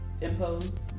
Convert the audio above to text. impose